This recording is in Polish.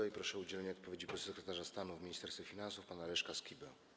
I proszę o udzielenie odpowiedzi podsekretarza stanu w Ministerstwie Finansów pana Leszka Skibę.